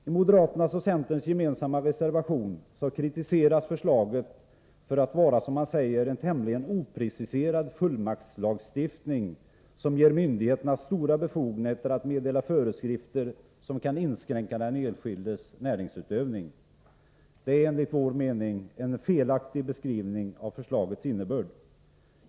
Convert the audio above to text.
I moderaternas och centerns gemensamma reservation kritiseras förslaget, eftersom det anses vara, som de säger, en ”tämligen opreciserad fullmaktslagstiftning vilket ger myndigheterna stora befogenheter att meddela föreskrifter som inskränker den enskildes näringsutövning”. Detta är enligt vår mening en felaktig beskrivning av förslagets innebörd.